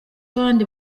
abandi